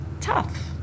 tough